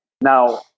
Now